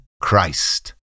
Christ